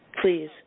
Please